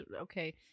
okay